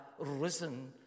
risen